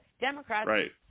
Democrats